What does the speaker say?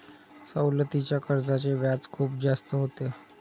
सवलतीच्या कर्जाचे व्याज खूप जास्त होते